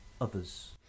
others